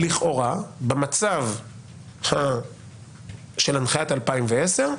לכאורה, במצב של הנחיית 2010,